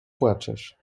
płaczesz